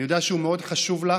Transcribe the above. אני יודע שהוא מאוד חשוב לך,